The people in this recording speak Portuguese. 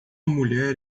mulher